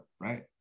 right